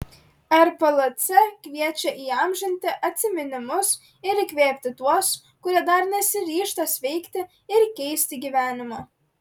rplc kviečia įamžinti atsiminimus ir įkvėpti tuos kurie dar nesiryžta sveikti ir keisti gyvenimo